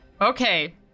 Okay